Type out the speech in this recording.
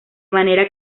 manera